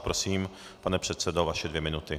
Prosím, pane předsedo, vaše dvě minuty.